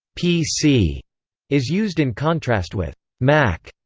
pc is used in contrast with mac,